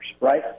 right